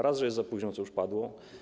Raz, że jest za późno, co już padło.